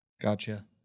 Gotcha